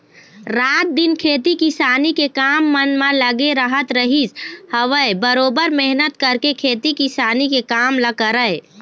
रात दिन खेती किसानी के काम मन म लगे रहत रहिस हवय बरोबर मेहनत करके खेती किसानी के काम ल करय